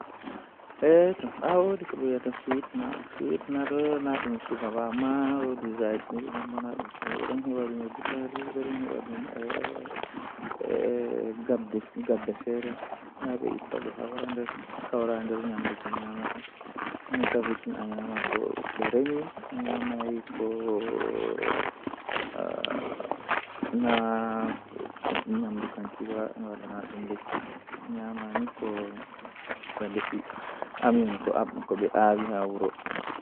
Kanjum fu mi sifan mi lara ko fe'e haa wakkati man jeɓa tomin lori wakkati man mi viya nda ko waawata fe'a yeeso man, Nden mi dasa hakkiilo mabɓe masin mi wawan mi tefa ceede be man malla mi wadan ko hilnata be masin.